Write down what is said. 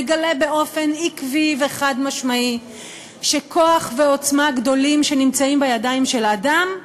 מגלים באופן עקבי וחד-משמעי שכוח ועוצמה גדולים שנמצאים בידיים של אדם,